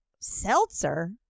seltzer